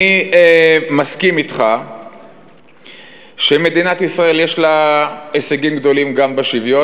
אני מסכים אתך שמדינת ישראל יש לה הישגים גדולים גם בשוויון,